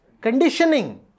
conditioning